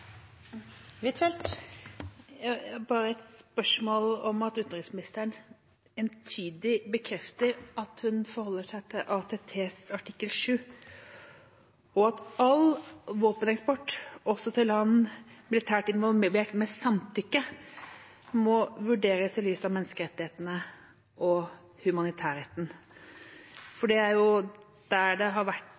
har bare et spørsmål om at utenriksministeren entydig bekrefter at hun forholder seg til ATTs artikkel 7, og at all våpeneksport, også til land militært involvert med samtykke, må vurderes i lys av menneskerettighetene og humanitærretten. For det er jo der det har vært